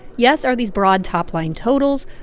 yes, are these broad topline totals.